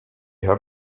have